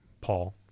Paul